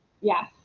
Yes